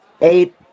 Eight